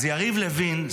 אז יריב לוין,